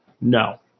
No